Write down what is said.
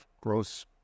gross